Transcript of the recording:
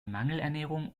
mangelernährung